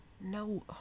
No